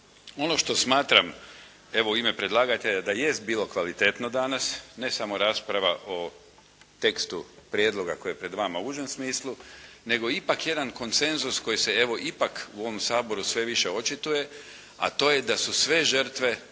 Ono što smatram evo u ime predlagatelja da jest bilo kvalitetno danas, ne samo rasprava o tekstu prijedloga koji je pred vama u užem smislu, nego ipak jedan konsenzus koji se evo ipak u ovom Saboru sve više očituje, a to je da su sve žrtve